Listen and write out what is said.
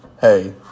Hey